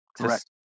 Correct